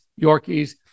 Yorkies